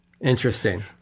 Interesting